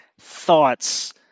thoughts